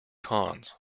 cons